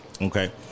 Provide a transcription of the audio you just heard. Okay